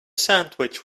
sandwich